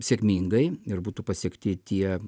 sėkmingai ir būtų pasiekti tie